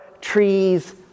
trees